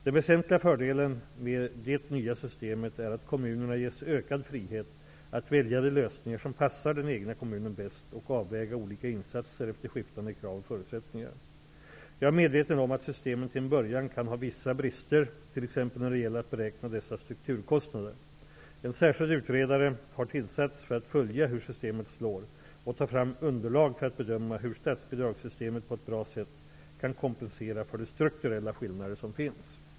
Den väsentliga fördelen med det nya systemet är att kommunerna ges ökad frihet att välja de lösningar som passar den egna kommunen bäst och avväga olika insatser efter skiftande krav och förutsättningar. Jag är medveten om att systemet till en början kan ha vissa brister, t.ex. när det gäller att beräkna dessa strukturkostnader. En särskild utredare har tillsatts för att följa hur systemet slår och ta fram underlag för att bedöma hur statsbidragssystemet på ett bra sätt kan kompensera för de strukturella skillnader som finns.